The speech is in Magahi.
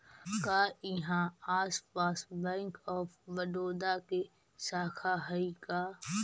का इहाँ आसपास बैंक ऑफ बड़ोदा के शाखा हइ का?